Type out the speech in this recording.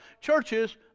churches